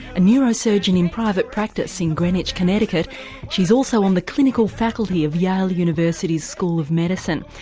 a neurosurgeon in private practice in greenwich, connecticut she's also on the clinical faculty of yale university's school of medicine.